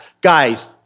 guys